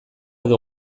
edo